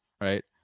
right